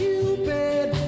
Cupid